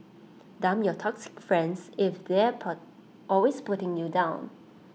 dump your toxic friends if they're always putting you down